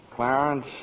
Clarence